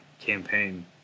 campaign